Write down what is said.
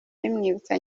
bimwibutsa